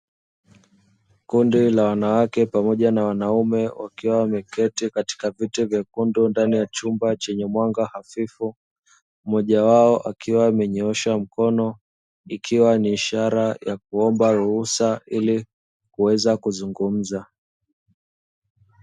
Kundi la wanawake pamoja na wanaume wakiwa wameketi katika viti vyekundu ndani ya chumba chenye mwanga hafifu, mmoja wao akiwa amenyoosha mkono ikiwa ni ishara ya kuomba ruhusa ili kuweza kuzungumza.